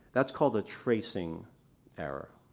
that's called a tracing error,